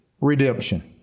redemption